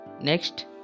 Next